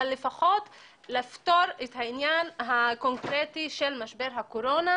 לפחות לפתור את העניין הקונקרטי של משבר הקורונה,